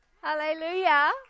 Hallelujah